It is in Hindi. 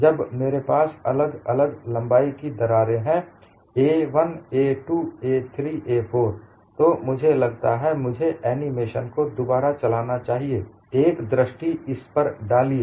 जब मेरे पास अलग अलग लंबाई की दरारे है a 1 a 2 a 3 a 4 तो मुझे लगता है मुझे एनिमेशन को दुबारा चलाना चाहिए एक दृष्टि इस पर डालिए